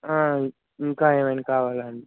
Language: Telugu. ఇంకా ఏమైనా కావాలా